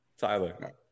Tyler